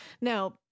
Now